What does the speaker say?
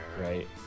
Right